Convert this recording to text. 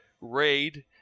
raid